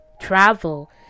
travel